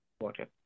water